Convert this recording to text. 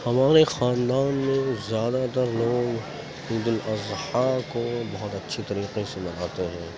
ہمارے خاندان میں زیادہ تر لوگ عید الاضحیٰ كو بہت اچھی طریقے سے مناتے ہیں